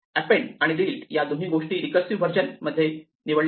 append आणि delete या दोन्ही गोष्टींसाठी रीकर्सिव्ह व्हर्जन आपण निवडले आहे